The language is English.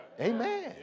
Amen